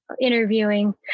Interviewing